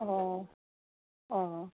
ꯑꯣ ꯑꯥ